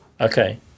Okay